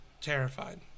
terrified